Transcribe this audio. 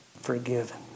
forgiven